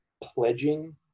pledging